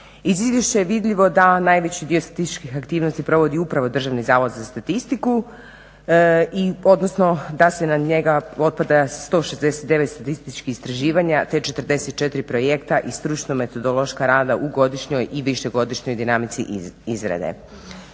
Iz izvješća je vidljivo da najveći dio statističkih aktivnosti provodi upravo Državni zavod za statistiku odnosno da na njega otpada 169 statističkih istraživanja te 44 projekta i stručna metodološka rada u godišnjoj i višegodišnjoj dinamici izrade.